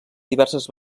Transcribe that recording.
diverses